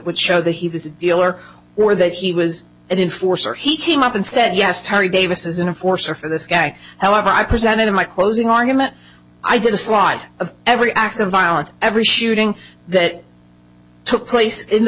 would show that he was a dealer or that he was it in force or he came up and said yes terry davis is in a force or for this guy however i presented in my closing argument i did a slide of every actor violence every shooting that took place in the